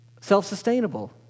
self-sustainable